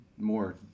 more